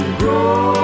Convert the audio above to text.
grow